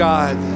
God